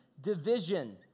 division